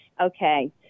Okay